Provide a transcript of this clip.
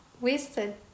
wasted